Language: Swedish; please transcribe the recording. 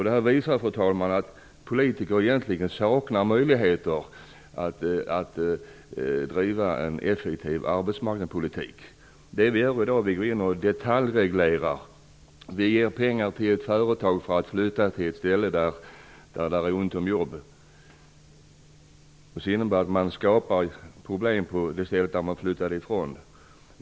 Detta visar att politiker egentligen saknar möjligheter att driva en effektiv arbetsmarknadspolitik. I dag går vi in och detaljreglerar. Vi ger pengar till ett företag för att det skall kunna flytta till ett ställe där det är ont om jobb. Det innebär att man i stället skapar problem på det ställe som man flyttar ifrån.